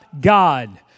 God